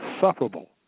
sufferable